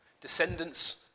Descendants